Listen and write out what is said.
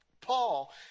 Paul